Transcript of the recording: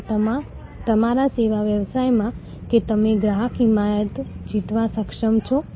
અમે આગામી સત્રમાં આ પ્રક્રિયાઓની વિગતો જોઈશું